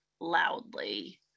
loudly